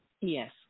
Yes